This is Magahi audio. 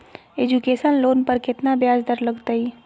एजुकेशन लोन पर केतना ब्याज दर लगतई?